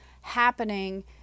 happening